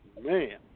Man